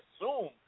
assume